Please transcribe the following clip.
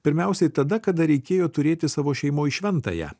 pirmiausiai tada kada reikėjo turėti savo šeimoj šventąją